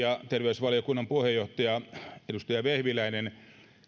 ja terveysvaliokunnan puheenjohtaja edustaja vehviläinen